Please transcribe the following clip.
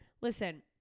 Listen